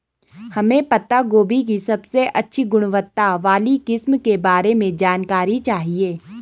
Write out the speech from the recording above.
हमें पत्ता गोभी की सबसे अच्छी गुणवत्ता वाली किस्म के बारे में जानकारी चाहिए?